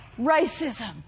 racism